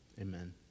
amen